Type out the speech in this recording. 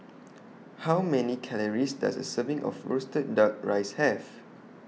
How Many Calories Does A Serving of Roasted Duck Rice Have